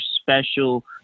special